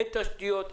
אין תשתיות,